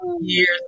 years